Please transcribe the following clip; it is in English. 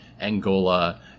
Angola